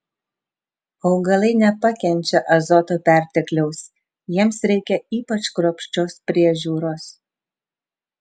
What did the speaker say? augalai nepakenčia azoto pertekliaus jiems reikia ypač kruopščios priežiūros